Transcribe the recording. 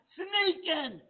sneaking